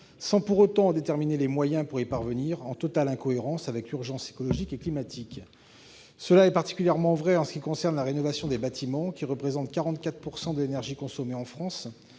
sans pour autant déterminer les moyens de les atteindre, en totale incohérence avec l'urgence écologique et climatique. Cela est particulièrement vrai en ce qui concerne la rénovation des bâtiments. Ce secteur, qui représente 44 % de l'énergie consommée en France,